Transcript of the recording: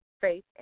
faith